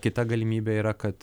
kita galimybė yra kad